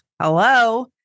hello